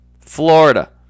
Florida